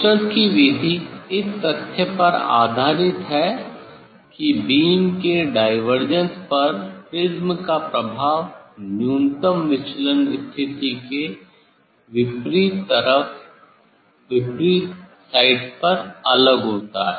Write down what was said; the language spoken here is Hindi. शूस्टर की विधि इस तथ्य पर आधारित है कि बीम के डाईवेर्जेंस पर प्रिज्म का प्रभाव न्यूनतम विचलन स्थिति के विपरीत साइड्स पर अलग होता है